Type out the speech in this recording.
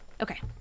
Okay